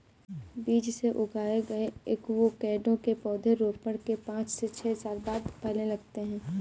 बीज से उगाए गए एवोकैडो के पौधे रोपण के पांच से छह साल बाद फलने लगते हैं